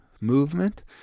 movement